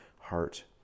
heart